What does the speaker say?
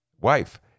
wife